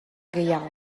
gehiago